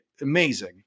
amazing